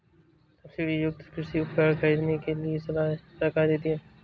subsidy युक्त कृषि उपकरण खरीदने के लिए सलाह सरकार देती है